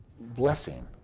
blessing